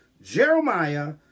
Jeremiah